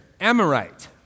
Amorite